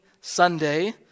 Sunday